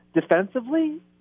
Defensively